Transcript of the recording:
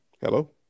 Hello